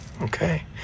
Okay